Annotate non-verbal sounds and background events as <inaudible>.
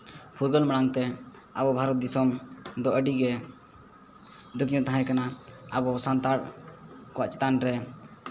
ᱯᱷᱩᱨᱜᱟᱹᱞ ᱢᱟᱲᱟᱝᱛᱮ ᱟᱵᱚ ᱵᱷᱟᱨᱚᱛ ᱫᱤᱥᱚᱢ ᱫᱚ ᱟᱹᱰᱤ ᱜᱮ <unintelligible> ᱛᱟᱦᱮᱸᱠᱟᱱᱟ ᱟᱵᱚ ᱥᱟᱱᱛᱟᱲ ᱠᱚᱣᱟᱜ ᱪᱮᱛᱟᱱ ᱨᱮ